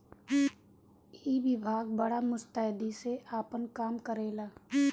ई विभाग बड़ा मुस्तैदी से आपन काम करेला